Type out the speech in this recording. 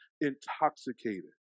intoxicated